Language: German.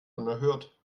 unerhört